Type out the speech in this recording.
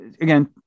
again